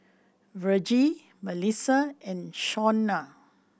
Virgie Melisa and Shawnna